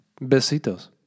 Besitos